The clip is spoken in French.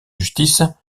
justice